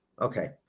Okay